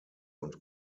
und